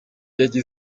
ati